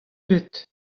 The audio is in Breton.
ebet